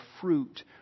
fruit